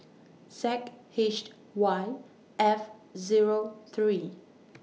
Z H Y F Zero three